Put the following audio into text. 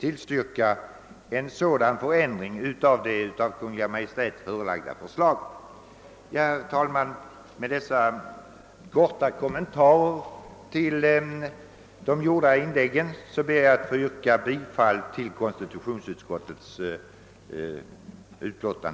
tillstyrka en sådan ändring av Kungl. Maj:ts förslag. Herr talman! Med dessa korta kommentarer till de gjorda inläggen ber jag att få yrka bifall till konstitutionsutskottets hemställan.